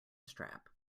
strap